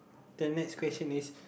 the next question is